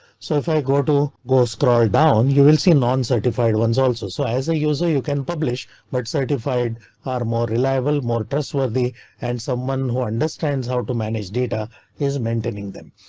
so if i go to go scroll down you will see non certified ones also. so as a user you can publish but certified are more reliable, more trustworthy and someone who understands how to manage data is maintaining them.